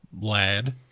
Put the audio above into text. lad